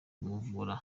kumuvura